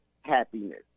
happiness